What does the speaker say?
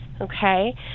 okay